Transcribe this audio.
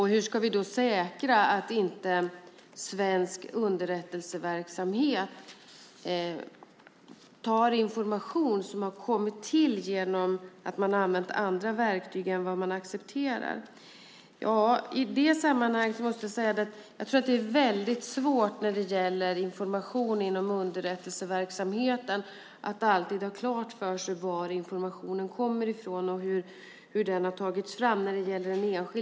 Hur ska vi säkra att svensk underrättelseverksamhet inte tar information som har kommit till genom att andra verktyg än de accepterade har använts? Det är svårt när det gäller information inom underrättelseverksamheten att alltid ha klart för sig var den enskilda informationen kommer från och hur den har tagits fram.